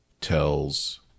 tells